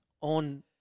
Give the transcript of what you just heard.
on